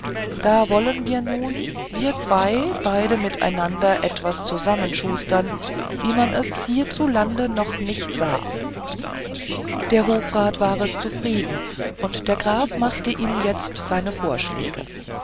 da wollen wir nun wir zwei beide miteinander etwas zusammenschustern wie man es hierzulande noch nicht sah der hofrat war es zufrieden und der graf machte ihm jetzt seine vorschläge